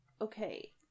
okay